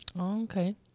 Okay